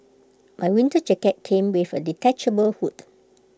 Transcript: my winter jacket came with A detachable hood